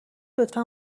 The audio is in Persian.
لطفا